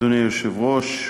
אדוני היושב-ראש,